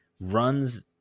runs